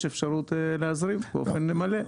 יש אפשרות להזרים באופן מלא.